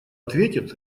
ответит